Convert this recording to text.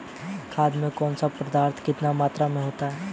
खाद में कौन सा पदार्थ अधिक मात्रा में होता है?